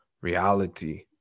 reality